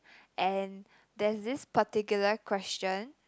and there's this particular question